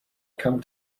come